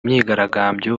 myigaragambyo